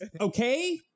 okay